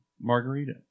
margarita